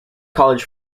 college